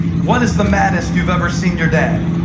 what is the maddest you've ever seen your dad?